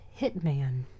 hitman